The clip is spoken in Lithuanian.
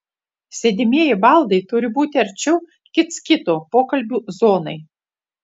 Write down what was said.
sėdimieji baldai turi būti arčiau kits kito pokalbių zonai